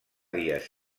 díaz